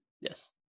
yes